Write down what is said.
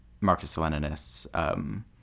Marxist-Leninists